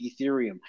Ethereum